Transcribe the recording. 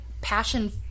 passion